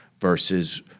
versus